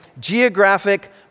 geographic